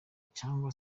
cyangwa